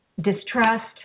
distrust